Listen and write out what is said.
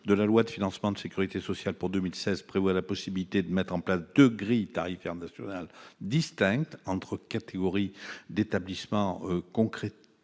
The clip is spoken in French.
de la loi de financement de la sécurité sociale pour 2016 prévoit la possibilité de mettre en place deux grilles tarifaires nationales, distinctes entre catégories d'établissements, concrétisées